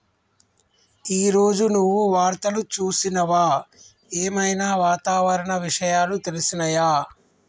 ఈ రోజు నువ్వు వార్తలు చూసినవా? ఏం ఐనా వాతావరణ విషయాలు తెలిసినయా?